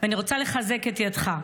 ואני רוצה לחזק את ידך.